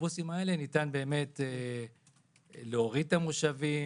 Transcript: באוטובוסים האלה ניתן באמת להוריד את המושבים